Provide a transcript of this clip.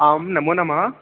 आं नमोनमः